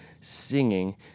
singing